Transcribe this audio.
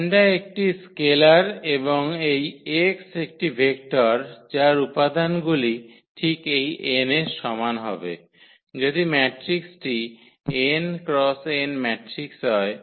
𝜆 একটি স্কেলার এবং এই x একটি ভেক্টর যার উপাদানগুলি ঠিক এই n এর সমান হবে যদি ম্যাট্রিক্সটি n x n ম্যাট্রিক্স হয়